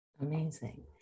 Amazing